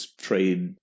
trade